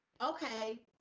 Okay